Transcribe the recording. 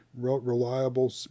reliable